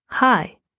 Hi